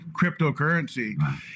cryptocurrency